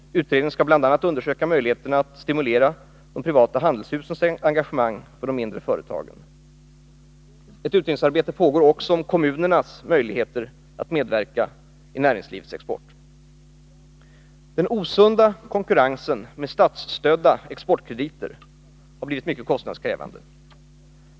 Utredningen skall bl.a. undersöka möjligheterna att stimulera de privata handelshusens engagemang för de mindre företagen. Ett utredningsarbete pågår också om kommunernas möjligheter att medverka i näringslivets exportverksamhet. Den osunda konkurrensen med statsstödda exportkrediter har blivit mycket kostnadskrävande.